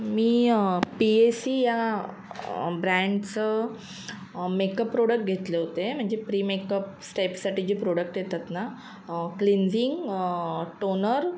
me P A C या ब्रँडचं makeup product घेतले होते म्हणजे प्री मेकअप स्टेपसाठी जे प्रोडक्ट येतात ना क्लिन्झिंग टोनर